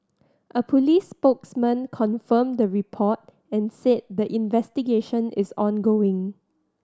a police spokesman confirmed the report and said the investigation is ongoing